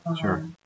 Sure